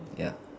ya